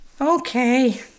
Okay